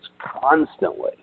constantly